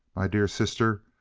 my dear sister.